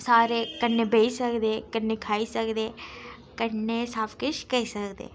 सारे कन्नै बेही सकदे कन्नै खाई सकदे कन्नै सब किश करी सकदे